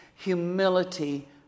Humility